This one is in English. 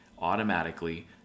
automatically